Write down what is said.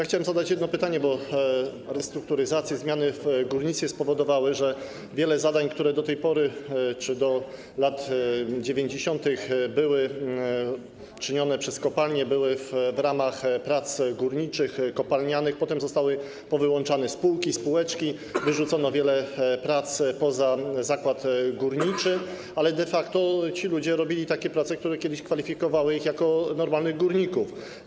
Chciałem zadać jedno pytanie, bo restrukturyzacje, zmiany w górnictwie spowodowały, że wiele zadań, które do tej pory czy do lat 90. były czynione przez kopalnie, były w ramach prac górniczych, kopalnianych, potem zostały powyłączane spółki, spółeczki, wyrzucono wiele prac poza zakład górniczy, ale de facto ci ludzie wykonywali takie prace, które kiedyś kwalifikowały ich jako normalnych górników.